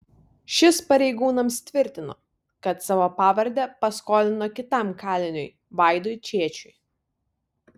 šis pareigūnams tvirtino kad savo pavardę paskolino kitam kaliniui vaidui čėčiui